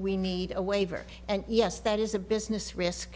we need a waiver and yes that is a business risk